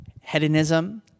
hedonism